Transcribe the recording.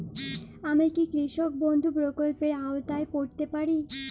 আমি কি কৃষক বন্ধু প্রকল্পের আওতায় পড়তে পারি?